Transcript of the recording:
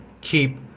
keep